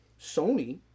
Sony